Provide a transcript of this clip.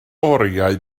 oriau